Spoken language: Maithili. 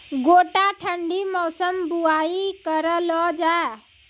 गोटा ठंडी मौसम बुवाई करऽ लो जा?